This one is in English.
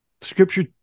Scripture